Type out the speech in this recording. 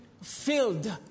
filled